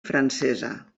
francesa